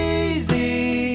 easy